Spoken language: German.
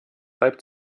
reibt